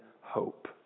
hope